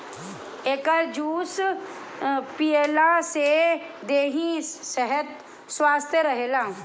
एकर juice पियला से देहि स्वस्थ्य रहेला